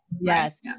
yes